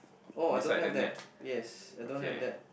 oh I don't have that yes I don't have that